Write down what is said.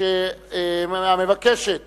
המבקשת